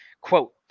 Quote